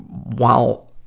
while,